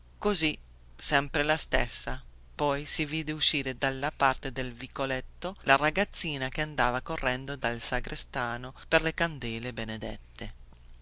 così sempre la stessa poi si vide uscire dalla parte del vicoletto la ragazzina che andava correndo dal sagrestano per le candele benedette